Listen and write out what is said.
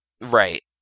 right